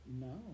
no